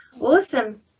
awesome